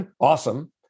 awesome